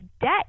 debt